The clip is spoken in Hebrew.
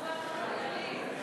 כהצעת הוועדה,